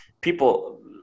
people